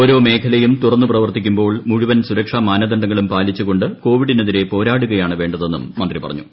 ഓരോ മേഖലയും തുരിസ്ക പ്രവർത്തിക്കുമ്പോൾ മുഴുവൻ സുരക്ഷാ മാനദണ്ഡങ്ങളും പാലിച്ചുകൊണ്ട് കോവിഡിനെതിരെ പോരാടുകയാണ് വേണ്ടി്തെന്നും മന്ത്രി പറഞ്ഞു